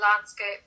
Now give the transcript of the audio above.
landscape